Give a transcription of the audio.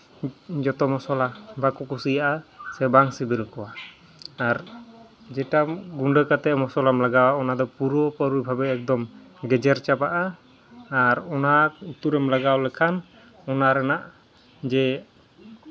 ᱡᱚᱛᱚ ᱢᱚᱥᱞᱟ ᱵᱟᱠᱚ ᱠᱩᱥᱤᱭᱟᱜᱼᱟ ᱥᱮ ᱵᱟᱝ ᱥᱤᱵᱤᱞ ᱠᱚᱣᱟ ᱟᱨ ᱡᱮᱴᱟ ᱜᱩᱰᱟᱹ ᱠᱟᱛᱮᱫ ᱢᱚᱥᱞᱟᱢ ᱞᱟᱜᱟᱣᱟ ᱚᱱᱟ ᱫᱚ ᱯᱩᱨᱟᱹ ᱯᱩᱨᱤ ᱵᱷᱟᱵᱮ ᱮᱠᱫᱚᱢ ᱜᱮᱡᱮᱨ ᱪᱟᱵᱟᱜᱼᱟ ᱟᱨ ᱚᱱᱟ ᱩᱛᱩ ᱨᱮᱢ ᱞᱟᱜᱟᱣ ᱞᱮᱠᱷᱟᱱ ᱚᱱᱟ ᱨᱮᱱᱟᱜ ᱡᱮ